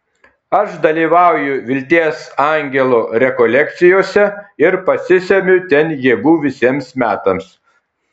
aš dalyvauju vilties angelo rekolekcijose ir pasisemiu ten jėgų visiems metams